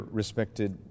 respected